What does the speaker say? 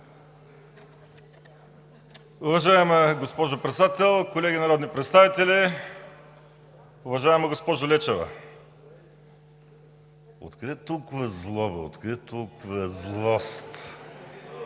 Уважаема госпожо Председател, колеги народни представители! Уважаема госпожо Лечева, откъде толкова злоба, откъде толкова злост?